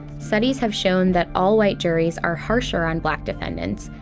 studies have shown that all-white juries are harsher on black defendants,